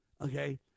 Okay